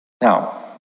now